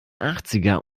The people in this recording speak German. achtziger